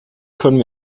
können